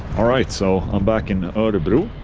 alright, so i'm back in orebro